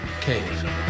Cave